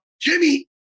Jimmy